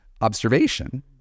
observation